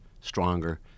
stronger